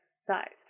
size